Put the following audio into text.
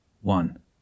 one